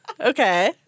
Okay